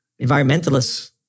environmentalists